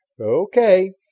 Okay